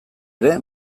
ere